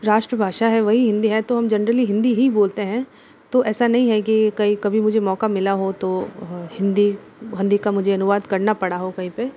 राष्ट्रभाषा है वही हिंदी है तो हम जनरली हिंदी ही बोलते हैं तो ऐसा नहीं है कि कई कभी मुझे मौका मिला हो तो हिंदी हिंदी का मुझे अनुवाद करना पड़ा हो कहीं पे